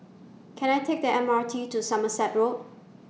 Can I Take The M R T to Somerset Road